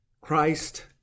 Christ